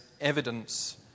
evidence